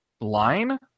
line